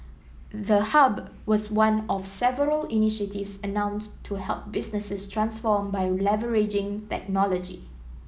the hub was one of several initiatives announced to help businesses transform by leveraging technology